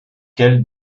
quelle